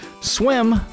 Swim